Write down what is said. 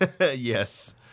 Yes